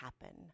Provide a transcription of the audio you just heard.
happen